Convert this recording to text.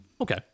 Okay